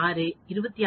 6 26